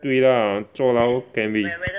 对 lah 坐牢 can be